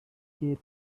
shape